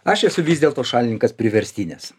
aš esu vis dėlto šalininkas priverstinės